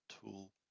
tool